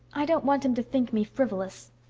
i don't want him to think me frivolous.